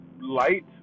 light